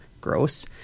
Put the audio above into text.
Gross